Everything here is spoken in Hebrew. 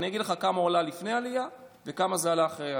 אני אגיד לך כמה הוא עלה לפני עלייה וכמה זה עולה אחרי העלייה.